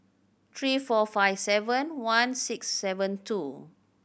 three four five seven one six seven two